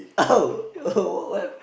oh oh what what